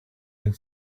had